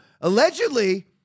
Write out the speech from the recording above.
allegedly –